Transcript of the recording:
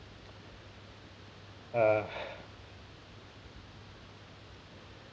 uh